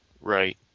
Right